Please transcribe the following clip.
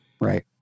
right